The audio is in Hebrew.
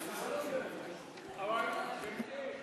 גברתי,